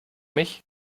mich